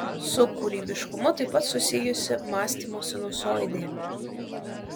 su kūrybiškumu taip pat susijusi mąstymo sinusoidė